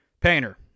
Painter